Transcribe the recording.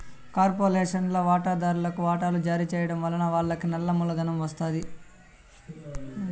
కార్పొరేషన్ల వాటాదార్లుకి వాటలు జారీ చేయడం వలన వాళ్లకి నల్ల మూలధనం ఒస్తాది